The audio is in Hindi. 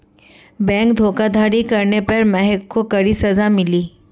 बैंक धोखाधड़ी करने पर महक को कड़ी सजा मिली